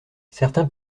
certains